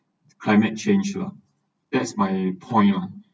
climate change that's my point lah